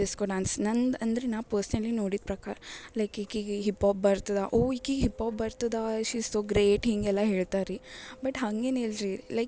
disco dance ನಂದು ಅಂದರೆ ನಾ ಪರ್ಸ್ನಲೀ ನೋಡಿದ ಪ್ರಕಾರ ಲೈಕ್ ಈಕೆಗ್ ಹಿಪೊಪ್ ಬರ್ತದ ಓ ಈಕೆಗ್ ಹಿಪೊಪ್ ಬರ್ತದೆ ಶಿ ಇಸ್ ಸೊ ಗ್ರೇಟ್ ಹಿಂಗೆಲ್ಲ ಹೇಳ್ತ ರೀ ಬಟ್ ಹಂಗೇನು ಇಲ್ರಿ ಲೈಕ್